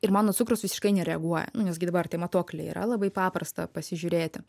ir mano cukrus visiškai nereaguoja nes gi dabar tie matuokliai yra labai paprasta pasižiūrėti